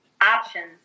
options